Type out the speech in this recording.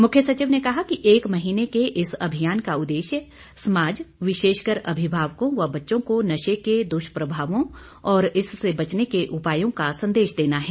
मुख्य सचिव ने कहा कि एक महीने के इस अभियान का उद्देश्य समाज विशेषकर अभिभावकों व बच्चों को नशे के द्वष्प्रभावों और इससे बचने के उपायों का संदेश देना है